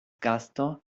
gasto